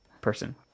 person